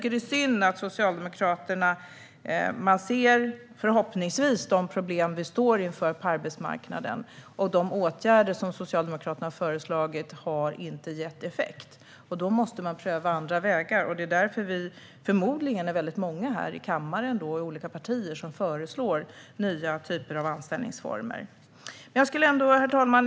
Socialdemokraterna ser förhoppningsvis de problem vi står inför på arbetsmarknaden, men de åtgärder som Socialdemokraterna har föreslagit har inte gett effekt. Då måste man pröva andra vägar, och det är därför vi förmodligen är väldigt många här i kammaren och i olika partier som föreslår nya typer av anställningsformer. Herr talman!